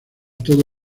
todo